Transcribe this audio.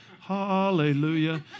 Hallelujah